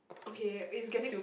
okay is getting